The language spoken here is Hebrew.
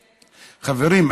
חברים,